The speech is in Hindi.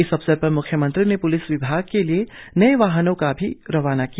इस अवसर पर म्ख्यमंत्री ने प्लिस विभाग के लिए नए वाहनों को भी रवाना किया